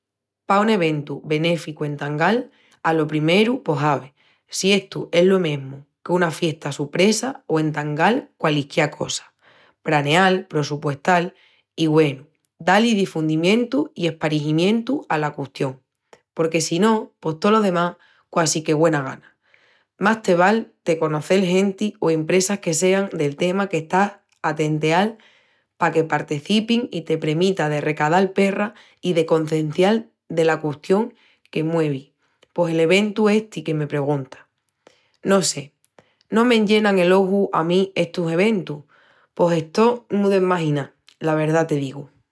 Pa un eventu benéficu entangal, alo primeru pos ave. Si estu es lo mesmu qu'una fiesta suspresa o entangal qualisquiá cosa. Praneal, prossupuestal i, güenu, da-li difundimientu i esparigimientu ala custión porque si no, pos tolo demás quasi que güena gana. Mas te val te conocel genti o impresas que sean del tema qu'estás a tenteal paque partecipin i te premita de recadal perras i de concencial dela custión que muevi pos el eventu esti que me perguntas. No sé, no m'enllenan el oju a mí estus eventus... pos estó mu desmaginá, la verdá te digu.